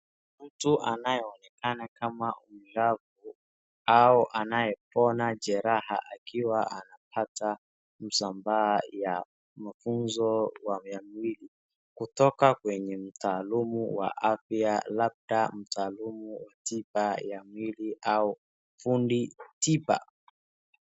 Mtu anayeonekana kama mlemavu ama anayepona jeraha, akiwa anapata msambaa wa mafunzo wa ya mwili kutoka kwenye mtaalamu wa afya labda mtaalumu wa tiba ya mwili au fundi tiba.